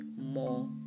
more